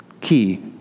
key